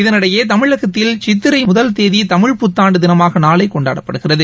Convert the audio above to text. இதனிடையே தமிழகத்தில் சித்திரைமுதல் தேதிதமிழ் புத்தாண்டுதினமாகநாளைகொண்டாடப்படுகிறது